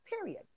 period